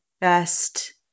best